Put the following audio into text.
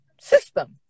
system